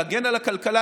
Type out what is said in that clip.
להגן על הכלכלה,